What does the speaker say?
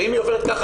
ואם היא עוברת ככה,